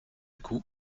coup